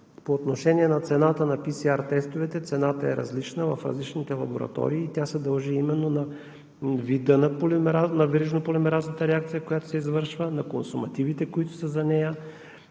По отношение на цената на PСR тестовете. Тя е различна в различните лаборатории и се дължи именно на вида на верижно полимеразната реакция, която се извършва, на консумативите, които са за нея,